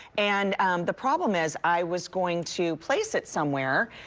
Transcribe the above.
and the problem is i was going to place it somewhere,